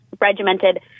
regimented